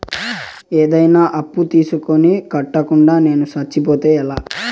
ఏదైనా అప్పు తీసుకొని కట్టకుండా నేను సచ్చిపోతే ఎలా